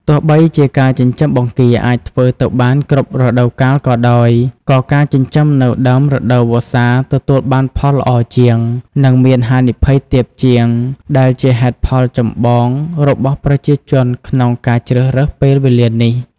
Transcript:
ទោះបីជាការចិញ្ចឹមបង្គាអាចធ្វើទៅបានគ្រប់រដូវកាលក៏ដោយ ក៏ការចិញ្ចឹមនៅដើមរដូវវស្សាទទួលបានផលល្អជាង និងមានហានិភ័យទាបជាង ដែលជាហេតុផលចម្បងរបស់ប្រជាជនក្នុងការជ្រើសរើសពេលវេលានេះ។